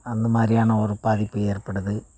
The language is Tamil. அந்த மாதிரியான ஒரு பாதிப்பு ஏற்படுது